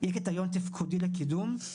יהיה קריטריון תפקודי לקידום,